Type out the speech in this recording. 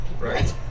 right